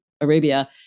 Arabia